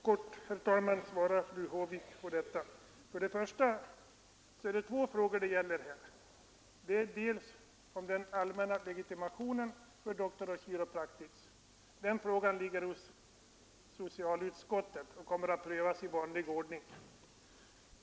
Herr talman! Låt mig kortfattat få svara fru Håvik. Det är två frågor det gäller. För det första är det frågan om en allmän legitimation för Doctors of Chiropractic. Det ärendet ligger hos socialutskottet och kommer att prövas i vanlig ordning.